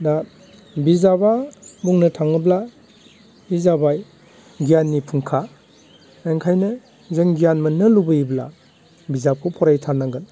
दा बिजाबा बुंनो थाङोब्ला बे जाबाय गियाननि फुंखा ओंखायनो जों गियान मोननो लुगैयोब्ला बिजाबखौ फरायथारनांगोन